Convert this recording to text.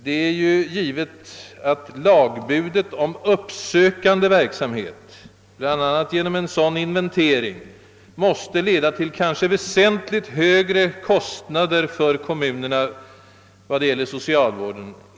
Det är givet att lagbudet om uppsökande verksamhet, bl.a. genom en så dan inventering, måste leda till väsentligt högre kostnader för kommunerna vad gäller socialvården.